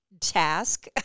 task